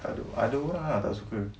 ada orang ah tak suka